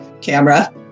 camera